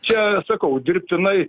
čia sakau dirbtinai